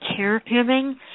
caregiving